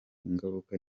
ingaruka